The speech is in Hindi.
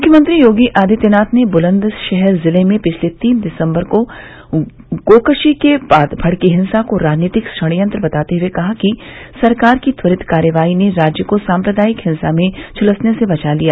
मुख्यमंत्री योगी आदित्यनाथ ने बुलन्दशहर जिले में पिछले तीन दिसम्बर को गोकशी के बाद भड़की हिंसा को राजनीतिक षड्यंत्र बताते हए कहा है कि सरकार की त्वरित कार्रवाई ने राज्य को साम्प्रदायिक हिंसा में झलसने से बचा लिया